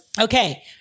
Okay